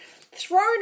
thrown